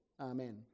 Amen